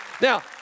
Now